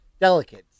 delicates